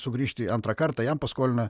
sugrįžti antrą kartą jam paskolina